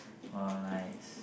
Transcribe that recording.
!wah! nice